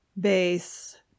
base